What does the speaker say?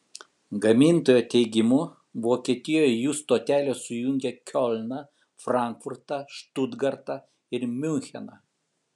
gamintojo teigimu vokietijoje jų stotelės sujungia kiolną frankfurtą štutgartą ir miuncheną